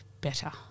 better